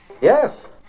yes